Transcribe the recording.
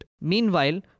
Meanwhile